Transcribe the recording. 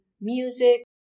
music